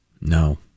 No